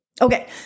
Okay